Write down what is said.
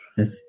Yes